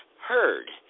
heard